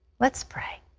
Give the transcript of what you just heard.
let's pray.